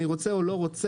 אם אני רוצה או לא רוצה,